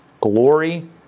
Glory